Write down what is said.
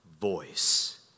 voice